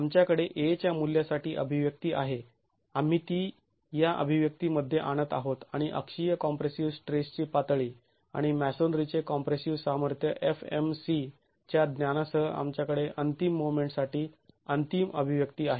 आमच्याकडे a च्या मूल्यासाठी अभिव्यक्ती आहे आम्ही ती या अभिव्यक्ती मध्ये आणत आहोत आणि अक्षीय कॉम्प्रेसिव स्ट्रेस ची पातळी आणि मॅसोनरीचे कॉम्प्रेसिव सामर्थ्य fmc च्या ज्ञानासह आमच्याकडे अंतिम मोमेंट साठी अंतिम अभिव्यक्ती आहे